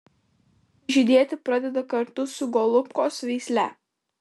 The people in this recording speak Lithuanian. žydėti pradeda kartu su golubkos veisle